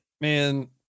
Man